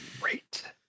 Great